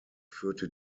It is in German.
führte